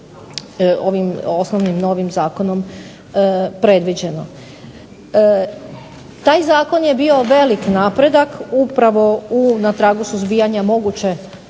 ovim novim osnovnim zakonom predviđeno. Taj zakon je bio veliki napredak upravo na tragu suzbijanja moguće